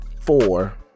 Four